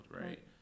right